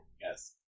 Yes